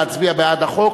להצביע בעד החוק,